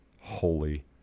holy